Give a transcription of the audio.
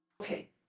Okay